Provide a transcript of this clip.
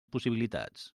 possibilitats